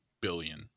billion